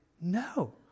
no